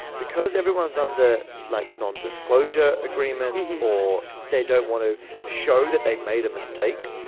because everyone's under, like, nondisclosure agreements or they don't want to show that they made a mistake,